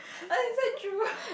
oh is that true